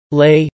lay